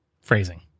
phrasing